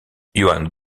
johann